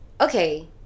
okay